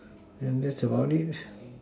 then that's about it